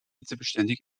hitzebeständig